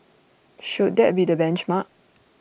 should that be the benchmark